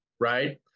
right